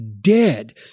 dead